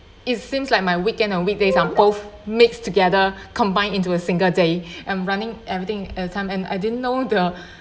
it seems like my weekend and weekdays are both mix together combine into a single day and running everything at a time and I didn't know the